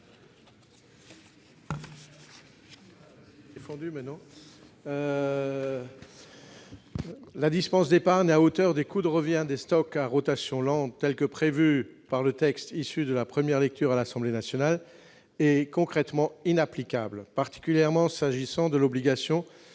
La dispense d'épargne à hauteur des coûts de revient de stocks à rotation lente, telle qu'elle est prévue par le texte issu de la première lecture à l'Assemblée nationale, est concrètement inapplicable, particulièrement s'agissant de l'obligation